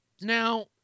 Now